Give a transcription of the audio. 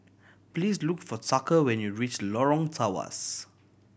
please look for Tucker when you reach Lorong Tawas